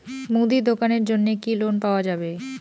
মুদি দোকানের জন্যে কি লোন পাওয়া যাবে?